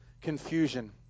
confusion